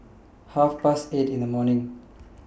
Half Past eight in The morning